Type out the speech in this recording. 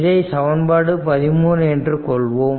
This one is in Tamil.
இதை சமன்பாடு 13 என்று கொள்வோம்